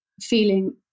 feeling